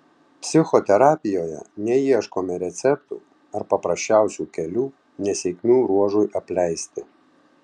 psichoterapijoje neieškome receptų ar paprasčiausių kelių nesėkmių ruožui apleisti